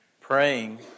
praying